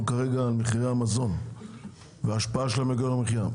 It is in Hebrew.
כרגע על מחירי המזון וההשפעה שלהם על יוקר המחיה.